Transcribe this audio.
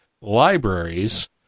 libraries